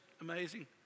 amazing